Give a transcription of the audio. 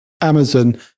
Amazon